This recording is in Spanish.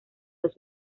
los